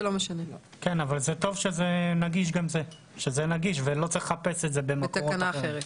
אבל זה טוב שזה נגיש ולא צריך לחפש את זה במקום אחר.